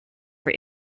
for